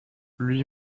lui